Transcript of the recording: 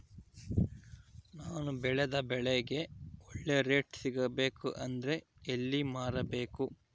ನಾನು ಬೆಳೆದ ಬೆಳೆಗೆ ಒಳ್ಳೆ ರೇಟ್ ಸಿಗಬೇಕು ಅಂದ್ರೆ ಎಲ್ಲಿ ಮಾರಬೇಕು?